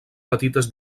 petites